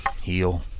heal